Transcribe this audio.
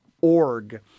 org